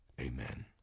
Amen